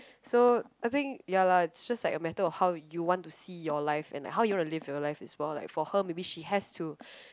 so I think ya lah it's just like a matter of how you want to see your life and how you wanna live your life as well like for her maybe she has to